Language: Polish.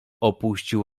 opuścił